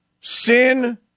Sin